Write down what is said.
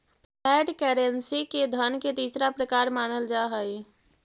flat currency के धन के तीसरा प्रकार मानल जा हई